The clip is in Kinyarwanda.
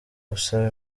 usaba